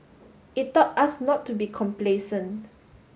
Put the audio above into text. it taught us not to be complacent